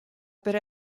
per